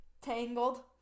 Tangled